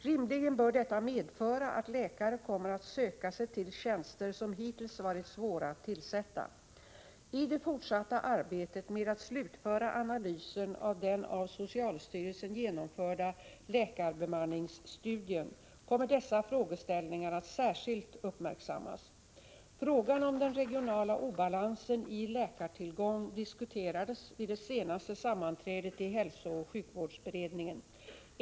Rimligen bör detta medföra att läkare kommer att söka sig till tjänster som hittills varit svåra att tillsätta. I det fortsatta arbetet med att slutföra analysen av den av socialstyrelsen genomförda läkarbemanningsstudien kommer dessa fråge 5 ställningar att särskilt uppmärksammas. Frågan om den regionala obalansen i läkartillgång diskuterades vid det senaste sammanträdet i hälsooch sjukvårdsberedningen.